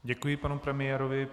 Děkuji panu premiérovi.